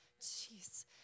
Jeez